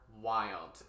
wild